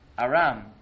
Aram